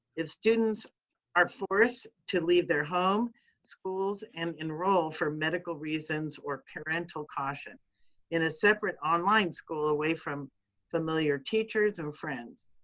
if students are forced to leave their home schools and enroll for medical reasons or parental caution in a separate online school, away from familiar teachers and friends,